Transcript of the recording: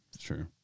True